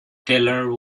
teller